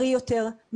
בריא יותר,